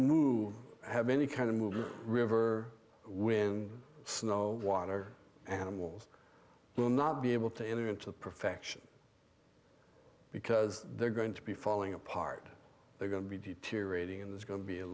move have any kind of moving river with snow water animals will not be able to enter into perfection because they're going to be falling apart they're going to be deteriorating and there's going to be a